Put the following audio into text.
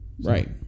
Right